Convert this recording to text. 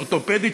אורתופדית,